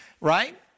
Right